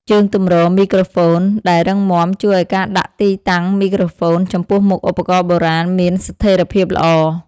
ជើងទម្រមីក្រូហ្វូន ដែលរឹងមាំ ជួយឱ្យការដាក់ទីតាំងមីក្រូហ្វូនចំពោះមុខឧបករណ៍បុរាណមានស្ថេរភាពល្អ។